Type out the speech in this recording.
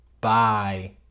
Bye